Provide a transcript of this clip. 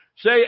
Say